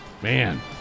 Man